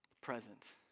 present